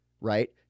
right